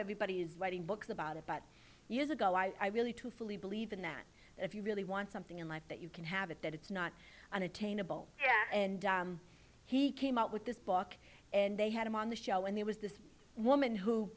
everybody is writing books about it but years ago i really to fully believe in that if you really want something in life that you can have it that it's not unattainable and he came out with this book and they had him on the show and there was this woman who